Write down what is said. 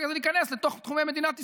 כך להיכנס לתוך תחומי מדינת ישראל.